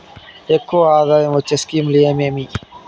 ఎక్కువగా ఆదాయం వచ్చే స్కీమ్ లు ఏమేమీ?